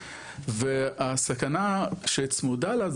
והסכנה שצמודה לה,